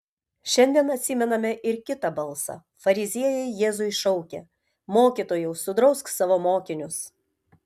šiandien atsimename ir kitą balsą fariziejai jėzui šaukė mokytojau sudrausk savo mokinius